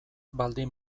baldin